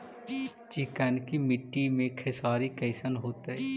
चिकनकी मट्टी मे खेसारी कैसन होतै?